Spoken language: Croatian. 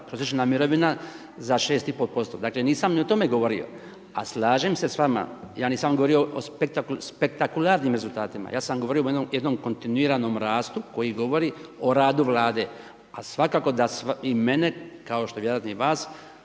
prosječna mirovina za 6,5%. Nisam ni o tome govorio. A slažem se s vama, ja nisam govorio o spektakularnim rezultatima. Ja sam govorio o jednom kontinuiranom rastu, koji govori o radu vlade. A svakako da i mene, kao što vjerojatno i vas,